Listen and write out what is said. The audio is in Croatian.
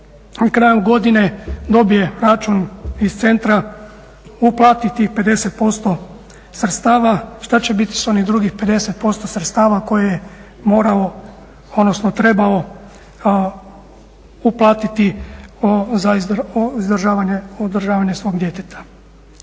kraju godine dobije račun iz centra, uplati tih 50% sredstava, šta će biti s onih drugih 50% sredstava koje je morao odnosno trebao uplatiti za uzdržavanje svog djeteta.